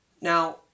Now